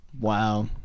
Wow